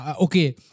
Okay